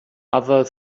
other